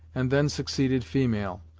and then succeeded female.